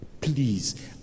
please